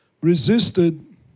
resisted